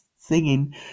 singing